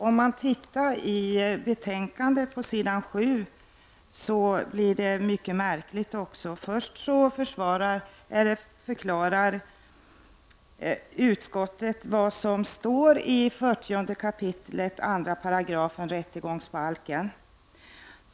Det som står i betänkandet på s. 7 är mycket märkligt. Först förklarar utskottet vad som står i 40 kap. 2§ rättegångsbalken.